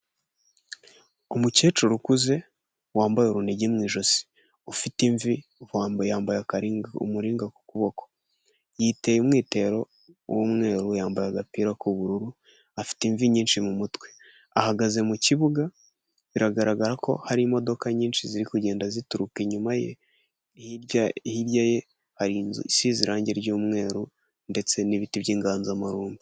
Umukecuru ukuze wambaye urunigi mu ijosi, ufite imvi bombo yambaye akari umuringa ku kuboko, yiteye umwitero w'umweru yambaye agapira k'ubururu afite imvi nyinshi mu mutwe, ahagaze mu kibuga biragaragara ko hari imodoka nyinshi ziri kugenda zituruka inyuma ye, hirya hirya ye hari inzu isize irangi ry'umweru ndetse n'ibiti by'inganzamarumba.